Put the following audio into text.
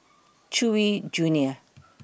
Chewy Junior